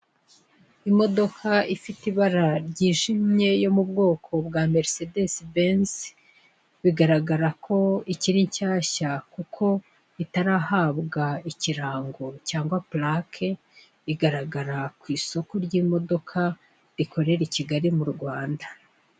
Imodoka ifite ibara ryijimye yo mo mu bwoko bwa merisedesi benzi, bigaragara ko ikiri nshyashya kuko itarahabwa ikirango cyangwa purake, igaragara ku isoko ry'imodoka rikorera ikigali mu Rwanda.